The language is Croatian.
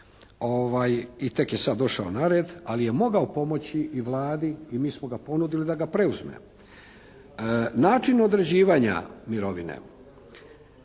I tek je sad došao na red. Ali je mogao pomoći i Vladi i mi smo ga ponudili da ga preuzmemo. Način određivanja mirovine,